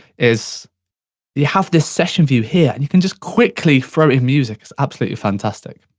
is you have this session view, here, and you can just quickly throw in music, it's absolutely fantastic.